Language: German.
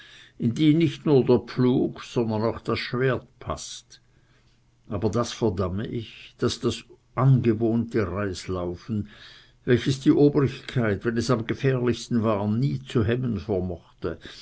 in die nicht nur der pflug sondern auch das schwert paßt aber das verdamme ich daß das angewohnte reislaufen welches die obrigkeit wenn es am gefährlichsten war nie zu hemmen vermochte